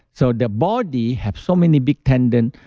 so the body have so many big tendon.